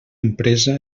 empresa